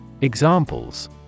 Examples